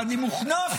אני מוחנף.